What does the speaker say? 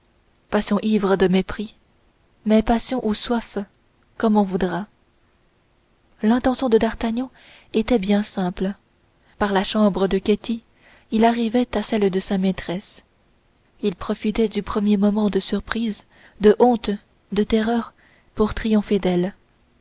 passion ivre de mépris mais passion ou soif comme on voudra l'intention de d'artagnan était bien simple par la chambre de ketty il arrivait à celle de sa maîtresse il profitait du premier moment de surprise de honte de terreur pour triompher d'elle